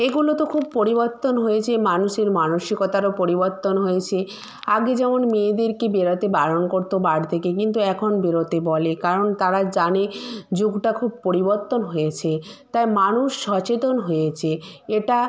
এগুলো তো খুব পরিবর্তন হয়েছে মানুষের মানসিকতারও পরিবর্তন হয়েছে আগে যেমন মেয়েদেরকে বেরতে বারণ করতো বাড়ি থেকে কিন্তু এখন বেরোতে বলে কারণ তারা জানে যুগটা খুব পরিবর্তন হয়েছে তাই মানুষ সচেতন হয়েছে এটা